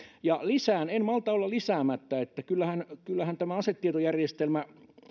ja lisään en malta olla lisäämättä että kyllähän kyllähän tämä asetietojärjestelmä